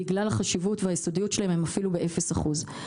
בגלל החשיבות והיסודיות שלהם הם אפילו באפס אחוז.